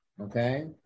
Okay